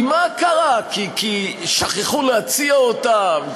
כי מה קרה, כי שכחו להציע אותם?